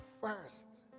first